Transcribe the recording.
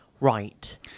Right